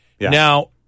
Now